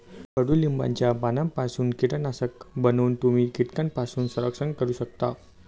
कडुलिंबाच्या पानांपासून कीटकनाशक बनवून तुम्ही कीटकांपासून संरक्षण करू शकता